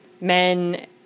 men